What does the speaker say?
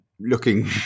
looking